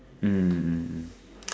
mm mm mm mm